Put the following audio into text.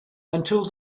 until